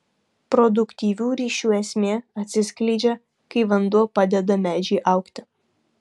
produktyvių ryšių esmė atsiskleidžia kai vanduo padeda medžiui augti